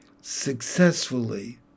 successfully